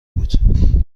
بود